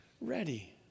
ready